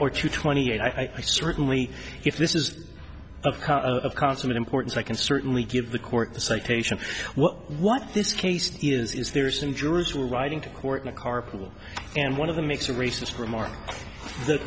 or to twenty eight i certainly if this is of of consummate importance i can certainly give the court the citation well what this case is is there some jurors were writing to court in a carpool and one of them makes a racist remark the